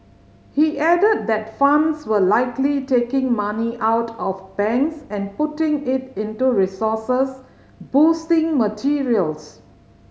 he added that funds were likely taking money out of banks and putting it into resources boosting materials